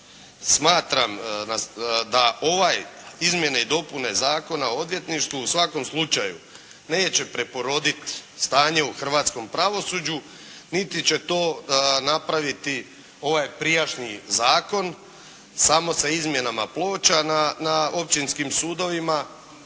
smatram da ove izmjene i dopune Zakona o odvjetništvu u svakom slučaju neće preporoditi stanje u hrvatskom pravosuđu niti će to napraviti ovaj prijašnji zakon samo sa izmjenama ploča na općinskim sudovima